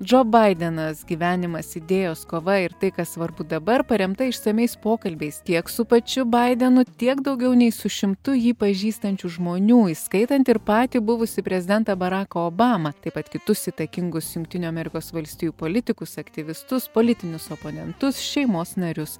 džo baidenas gyvenimas idėjos kova ir tai kas svarbu dabar paremta išsamiais pokalbiais tiek su pačiu baidenu tiek daugiau nei su šimtu jį pažįstančių žmonių įskaitant ir patį buvusį prezidentą baraką obamą taip pat kitus įtakingus jungtinių amerikos valstijų politikus aktyvistus politinius oponentus šeimos narius